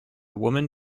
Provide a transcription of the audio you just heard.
woman